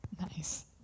Nice